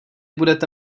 budete